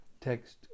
Text